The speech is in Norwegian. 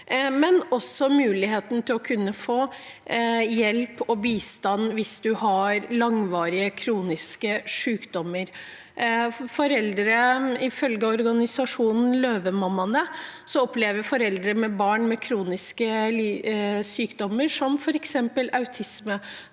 men også muligheten til å kunne få hjelp og bistand hvis barna har langvarige, kroniske sykdommer. Ifølge organisasjonen Løvemammaene opplever foreldre til barn med kroniske sykdommer, som f.eks. autisme,